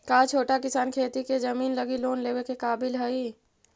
का छोटा किसान खेती के जमीन लगी लोन लेवे के काबिल हई?